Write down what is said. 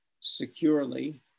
securely